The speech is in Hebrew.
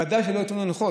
ודאי שלא ייתנו לו לנחות.